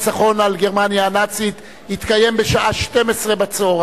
הניצחון על גרמניה הנאצית יתקיים בשעה 12:00,